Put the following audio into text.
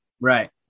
right